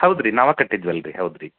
ಹೌದ್ ರೀ ನಾವೇ ಕಟ್ಟಿದ್ವಲ್ಲ ರಿ ಹೌದು ರೀ